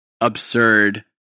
absurd